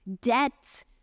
debt